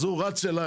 אז הוא רץ אליי,